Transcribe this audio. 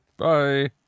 bye